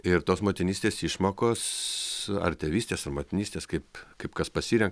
ir tos motinystės išmokos ar tėvystės ar motinystės kaip kaip kas pasiren